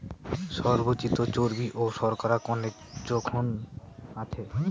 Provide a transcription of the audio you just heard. সবজিত চর্বি ও শর্করা কণেক জোখন আছে